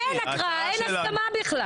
אין הקראה, אין הסכמה בכלל.